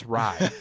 ride